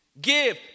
give